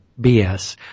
BS